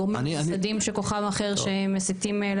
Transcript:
גורמים ממוסדים שכוחם אחר שמסיתים.